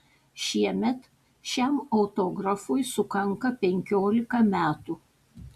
šiemet šiam autografui sukanka penkiolika metų